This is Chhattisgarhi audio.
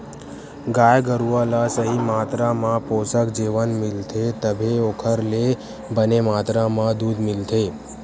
गाय गरूवा ल सही मातरा म पोसक जेवन मिलथे तभे ओखर ले बने मातरा म दूद मिलथे